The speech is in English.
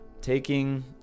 taking